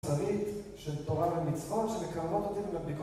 ...מוסרית של תורה ומצוות שמקרבות אותי ומדבקות אותי...